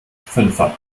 fünfer